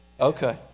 Okay